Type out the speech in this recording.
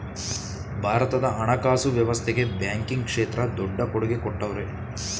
ಭಾರತದ ಹಣಕಾಸು ವ್ಯವಸ್ಥೆಗೆ ಬ್ಯಾಂಕಿಂಗ್ ಕ್ಷೇತ್ರ ದೊಡ್ಡ ಕೊಡುಗೆ ಕೊಟ್ಟವ್ರೆ